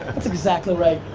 that's exactly right.